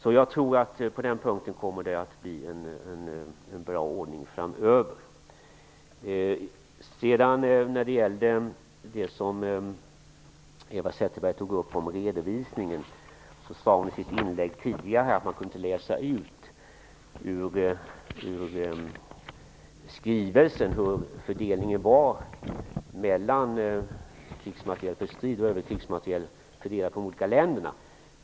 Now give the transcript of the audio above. Jag tror att det på den punkten blir en bra ordning framöver. Eva Zetterberg sade i sitt inlägg om redovisningen att man inte kunde läsa ut ur skrivelsen hur fördelningen var mellan krigsmateriel för strid och övrig krigsmateriel till de olika länderna.